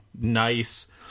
nice